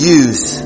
use